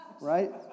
Right